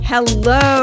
Hello